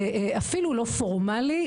אפילו לא פורמלי,